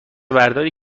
برداری